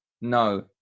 No